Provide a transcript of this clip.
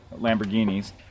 Lamborghinis